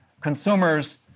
consumers